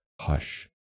hush